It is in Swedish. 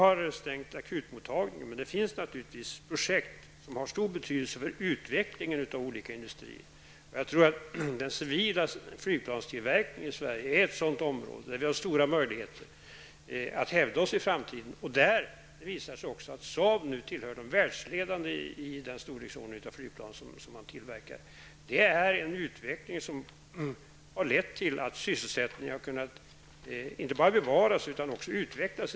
Akutmottagningen är nu stängd, men det finns naturligtvis projekt som har stor betydelse för utvecklingen av olika industrier. Den civila flygplanstillverkningen i Sverige är ett område där vi har stora möjligheter att hävda oss i framtiden. Det visar sig också att Saab nu tillhör de världsledande när det gäller flygplan av den storlek som tillverkas. Det är en utveckling som har lett till att sysselsättningen i Sverige inte bara bevarats utan också utvecklats.